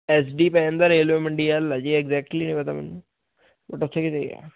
S D ਪੈ ਜਾਂਦਾ railway ਮੰਡੀ ਵੱਲ ਹੈ ਐਗਜੈਕਟਲੀ ਨਹੀਂ ਪਤਾ ਮੈਨੂੰ ਬੱਟ ਉੱਥੇ ਕਿਤੇ ਹੈ